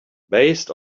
based